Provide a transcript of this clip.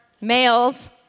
males